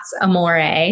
Amore